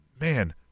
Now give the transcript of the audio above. man